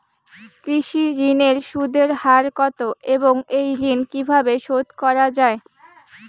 কৃষি ঋণের সুদের হার কত এবং এই ঋণ কীভাবে শোধ করা য়ায়?